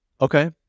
Okay